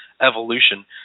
evolution